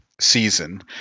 season